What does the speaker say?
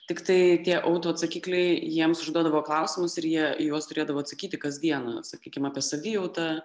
tiktai tie autoatsakikliai jiems užduodavo klausimus ir jie į juos turėdavo atsakyti kasdieną sakykim apie savijautą